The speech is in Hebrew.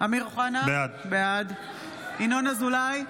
אמיר אוחנה, בעד ינון אזולאי,